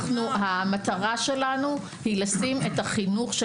המטרה שלנו היא לשים את החינוך של